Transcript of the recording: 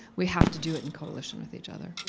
we have to do it in coalition with each other.